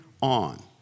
on